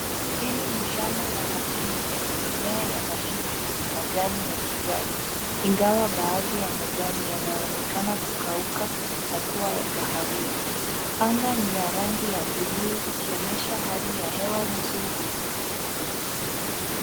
Hili ni shamba la mahindi lenye mimea ya mahindi yenye majani ya kijani. Ingawa baathi ya majani yanaonekana kukauka na kuwa ya kahawia. Anga ni ya rangi ya buu ikionyeshha hali ya hewa nzuri.